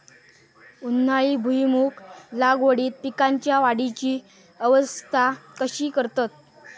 उन्हाळी भुईमूग लागवडीत पीकांच्या वाढीची अवस्था कशी करतत?